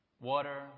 Water